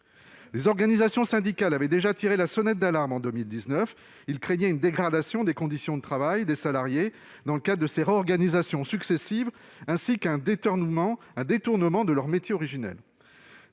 Les organisations syndicales avaient déjà tiré la sonnette d'alarme en 2019. Elles craignaient une dégradation des conditions de travail des salariés à la suite de ces réorganisations successives- une sorte de vente à la